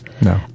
No